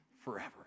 forever